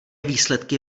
výsledky